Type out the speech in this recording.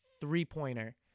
three-pointer